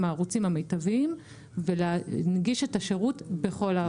הערוצים המיטביים ולהנגיש את השירות בכל הערוצים.